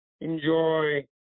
enjoy